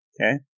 Okay